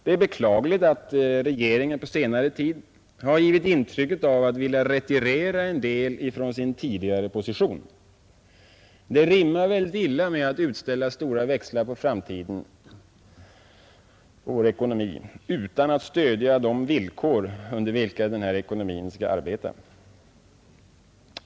Det är beklagligt att regeringen på senare tid har givit intryck av att vilja retirera något från sina tidigare positioner. Det rimmar mycket illa att utställa stora växlar på vår ekonomi i framtiden utan att stödja de villkor, under vilka denna ekonomi skall arbeta.